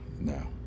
no